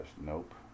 Nope